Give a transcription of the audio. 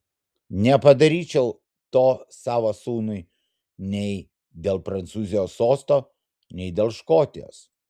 nepadaryčiau to savo sūnui nei dėl prancūzijos sosto nei dėl škotijos